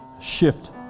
shift